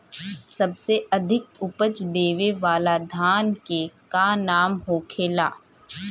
सबसे अधिक उपज देवे वाला धान के का नाम होखे ला?